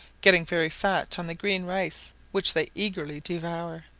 getting very fat on the green rice, which they eagerly devour.